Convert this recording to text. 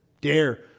dare